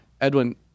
Edwin